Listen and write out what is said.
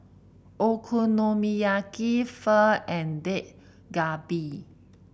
Okonomiyaki Pho and Dak Galbi